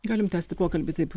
galim tęsti pokalbį taip